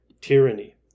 tyranny